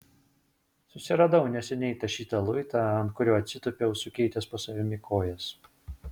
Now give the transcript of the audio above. susiradau neseniai tašytą luitą ant kurio atsitūpiau sukeitęs po savimi kojas